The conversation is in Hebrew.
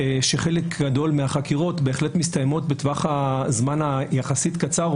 שחלק גדול מהחקירות בהחלט מסתיימות בטווח זמן יחסית קצר,